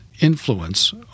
influence